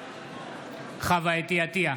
בעד חוה אתי עטייה,